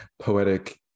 poetic